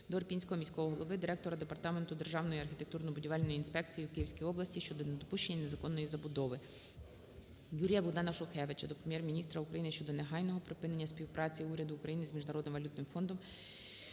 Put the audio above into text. Ірпінського міського голови, директора Департаменту Державної архітектурно-будівельної інспекції у Київській області щодо недопущення незаконної забудови. Юрія-Богдана Шухевича до Прем'єр-міністра України щодо негайного припинення співпраці Уряду України з Міжнародним Валютним Фондом